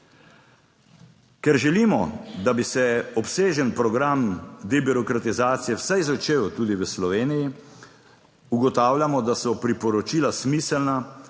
Ker želimo, da bi se obsežen program debirokratizacije vsaj začel tudi v Sloveniji ugotavljamo, da so priporočila smiselna